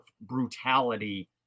brutality